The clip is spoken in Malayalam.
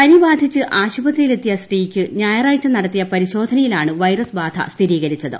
പനി ബാധിച്ച് ആശുപത്രിയിലെത്തിയ സ്ത്രീക്ക് ഞായറാഴ്ച നടത്തിയ പരിശോധനയിലാണ് വൈറസ് ബാധ സ്ഥിരീകരിച്ചത്